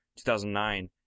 2009